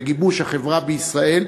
לגיבוש החברה בישראל,